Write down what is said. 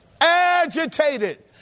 agitated